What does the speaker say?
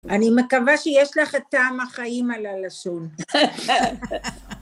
אני מקווה שיש לך את טעם החיים על הלשון.